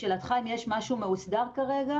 לשאלתך, האם יש משהו מאוסדר כרגע